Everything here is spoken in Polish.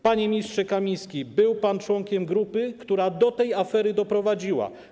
Panie ministrze Kamiński, był pan członkiem grupy, która do tej afery doprowadziła.